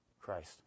Christ